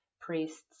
priests